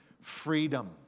freedom